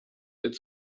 its